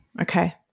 Okay